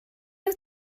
wyt